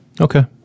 Okay